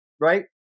right